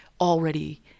already